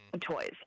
Toys